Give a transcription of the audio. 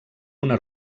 una